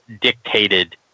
dictated